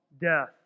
death